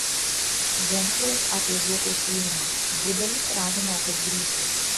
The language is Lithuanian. gentvilas apie zuoko siūlymą budelis ragina aukas grįžti